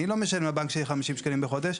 אני לא משלם לבנק שלי 50 שקלים בחודש.